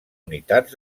unitats